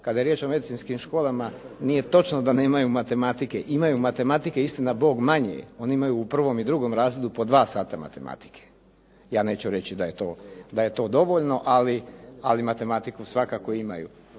Kada je riječ o medicinskim školama, nije točno da nemaju matematike. Imaju matematik, istina bog manje. Oni imaju u 1. i 2. razredu po dva sata matematike. Ja neću reći da je to dovoljno, ali matematiku svakako imaju.